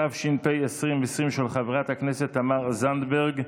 התש"ף 2020, של חברת הכנסת תמר זנדברג.